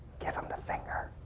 give him the finger.